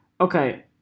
Okay